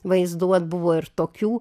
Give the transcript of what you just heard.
vaizduot buvo ir tokių